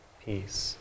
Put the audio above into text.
peace